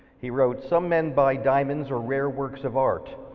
he wrote, some men buy diamonds or rare works of art,